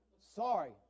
Sorry